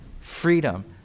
freedom